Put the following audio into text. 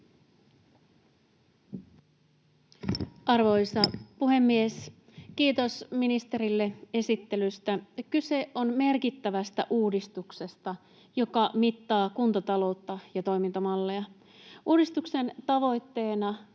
Arvoisa puhemies! Kiitos ministerille esittelystä. Kyse on merkittävästä uudistuksesta, joka mittaa kuntataloutta ja toimintamalleja. Uudistuksen tavoitteena